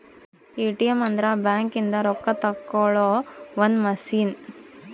ATM ಅಂದ್ರ bank ಇಂದ ರೊಕ್ಕ ತೆಕ್ಕೊಳೊ ಒಂದ್ ಮಸಿನ್